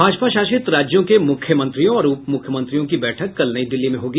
भाजपा शासित राज्यों के मुख्यमंत्रियों और उप मुख्यमंत्रियों की बैठक कल नई दिल्ली में होगी